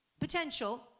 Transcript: potential